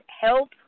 help